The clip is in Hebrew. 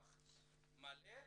מלא,